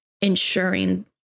ensuring